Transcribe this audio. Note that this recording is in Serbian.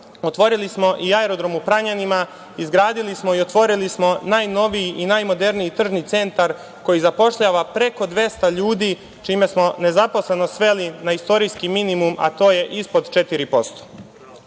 otvorili smo i aerodrom u Pranjanima, izgradili smo i otvorili smo najnoviji i najmoderniji tržni centar koji zapošljava preko 200 ljudi, čime smo nezaposleno sveli na istorijski minimum, a to je ispod